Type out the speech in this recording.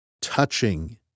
touching